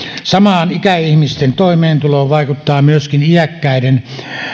samaan ikäihmisten toimeentuloon vaikuttaa myöskin iäkkäiden